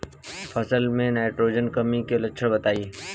फसल में नाइट्रोजन कमी के लक्षण बताइ?